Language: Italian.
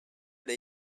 dei